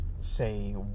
say